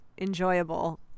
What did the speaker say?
enjoyable